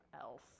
else